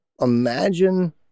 imagine